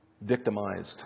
victimized